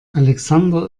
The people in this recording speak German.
alexander